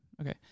okay